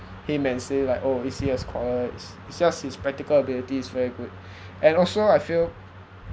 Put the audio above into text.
him and say like oh it's just A_C_S scholar it's just his practical abilities is very good and also I feel